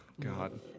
God